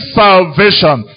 salvation